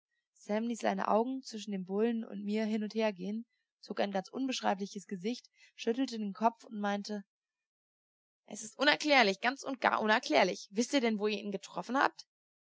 ließ seine augen zwischen dem bullen und mir hin und her gehen zog ein ganz unbeschreibliches gesicht schüttelte den kopf und meinte es ist unerklärlich ganz und gar unerklärlich wißt ihr denn wo ihr ihn getroffen habt